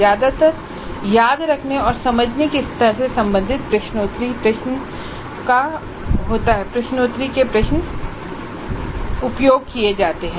ज्यादातर याद रखने या समझने के स्तर से संबंधित प्रश्नोत्तरी प्रश्नों का उपयोग किया जाता है